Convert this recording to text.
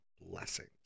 blessings